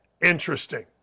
interesting